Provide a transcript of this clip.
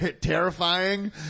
terrifying